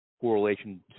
correlation